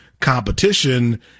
competition